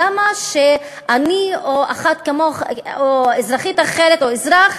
למה שאני או אחת כמוך או אזרחית אחרת או אזרח